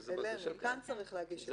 כאן צריך להגיש את כתב האישום.